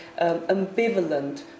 ambivalent